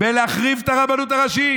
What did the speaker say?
בלהחריב את הרבנות הראשית.